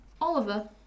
Oliver